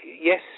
yes